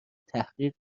تحقیق